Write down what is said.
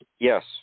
Yes